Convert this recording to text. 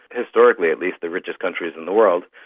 historically at least the richest countries in the world,